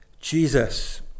Jesus